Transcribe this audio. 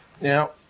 Now